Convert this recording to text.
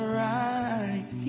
right